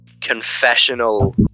confessional